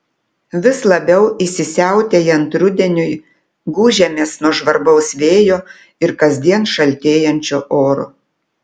vis labiau įsisiautėjant rudeniui gūžiamės nuo žvarbaus vėjo ir kasdien šaltėjančio oro